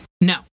No